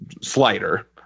slider